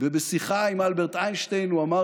ובשיחה עם אלברט איינשטיין הוא אמר